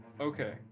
Okay